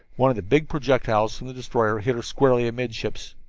one of the big projectiles from the destroyer hit her squarely amidships.